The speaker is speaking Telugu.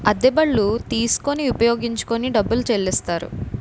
అద్దె బళ్ళు తీసుకొని ఉపయోగించుకొని డబ్బులు చెల్లిస్తారు